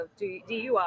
DUI